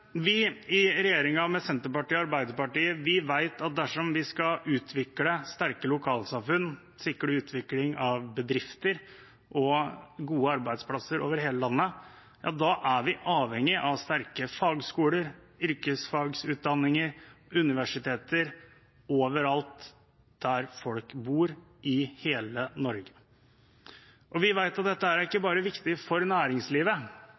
I regjeringen, i Senterpartiet og Arbeiderpartiet, vet vi at dersom vi skal utvikle sterke lokalsamfunn, sikre utvikling av bedrifter og gode arbeidsplasser over hele landet, ja, da er vi avhengig av sterke fagskoler, yrkesfagutdanning, og universiteter overalt der folk bor, i hele Norge. Vi vet at dette ikke bare er viktig for næringslivet.